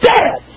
Dead